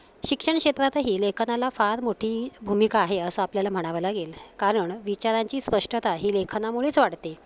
शिक्षण क्षेत्रातही लेखनाला फार मोठी भूमिका आहे असं आपल्याला म्हणावं लागेल कारण विचारांची स्पष्टता ही लेखनामुळेच वाढते